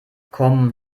komm